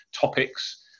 topics